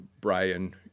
Brian